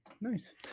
Nice